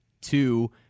Two